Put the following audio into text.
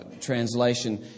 translation